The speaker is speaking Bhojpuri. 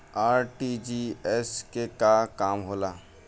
आर.टी.जी.एस के का काम होला?